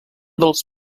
dels